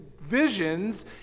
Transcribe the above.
visions